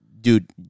dude